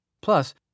Plus